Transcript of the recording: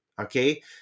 okay